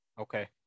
Okay